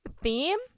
theme